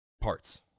parts